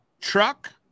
truck